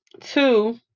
Two